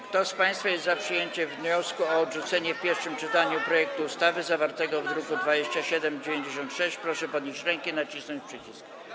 Kto z państwa jest za przyjęciem wniosku o odrzucenie w pierwszym czytaniu projektu ustawy zawartego w druku nr 2796, proszę podnieść rękę i nacisnąć przycisk.